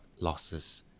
losses